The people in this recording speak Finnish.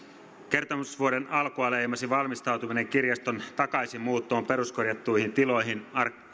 kertomusvuoden alkua leimasi valmistautuminen kirjaston takaisinmuuttoon peruskorjattuihin tiloihin